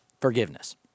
forgiveness